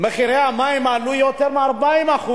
מחירי המים עלו ביותר מ-40%.